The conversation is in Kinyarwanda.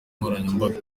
nkoranyambaga